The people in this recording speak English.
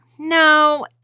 No